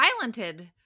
violented